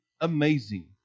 amazing